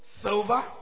silver